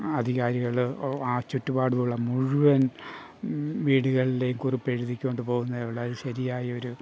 അധികാരികൾ ആ ചുറ്റുപാടുമുള്ള മുഴുവൻ വീടുകളിലേയും കുറിപ്പെഴുതി കൊണ്ടു പോകുന്നതെയുള്ളു അത് ശരിയായൊരു